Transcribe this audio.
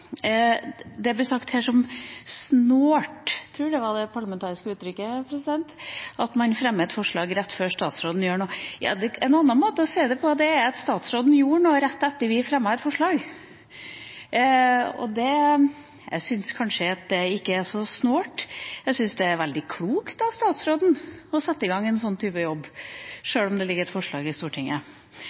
Det blir sagt at det er «snålt» – jeg tror det var det parlamentariske uttrykket – at man fremmer et forslag rett før statsråden gjør noe. En annen måte å si det på er at statsråden gjorde noe rett etter at vi fremmet et forslag. Og jeg syns ikke det er så snålt, jeg syns det er veldig klokt av statsråden å sette i gang en sånn type jobb – sjøl om det ligger et forslag i Stortinget.